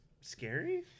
scary